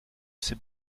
ces